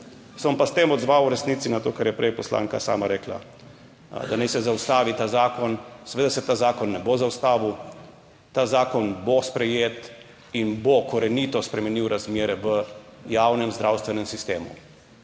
bom pa s tem odzval v resnici na to, kar je prej poslanka sama rekla, da naj se zaustavi ta zakon, seveda se ta zakon ne bo zaustavil. Ta zakon bo sprejet in bo korenito spremenil razmere v javnem zdravstvenem sistemu.